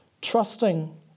trusting